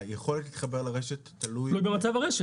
היכולת להתחבר לרשת תלוי במה?